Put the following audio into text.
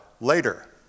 later